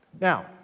Now